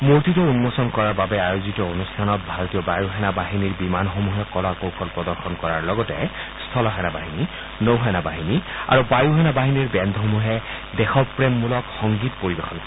মূৰ্তিটো উন্মোচন কৰাৰ বাবে আয়োজিত অনুষ্ঠানত ভাৰতীয় বায় সেনা বাহিনীৰ বিমানসমহে কলা কৌশল প্ৰদৰ্শন কৰাৰ লগতে স্থল সেনা বাহিনী নৌ সেনা বাহিনীৰ আৰু বায়ু সেনা বাহিনীৰ বেণ্ডসমূহে দেশপ্ৰেমমূলক সংগীত পৰিৱেশন কৰিব